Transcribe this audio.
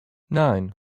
nine